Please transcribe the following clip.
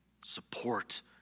support